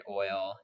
oil